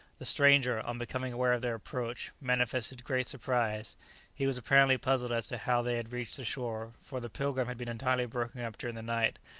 the stranger, on becoming aware of their approach, manifested great surprise he was apparently puzzled as to how they had reached the shore, for the pilgrim had been entirely broken up during the night,